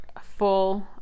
full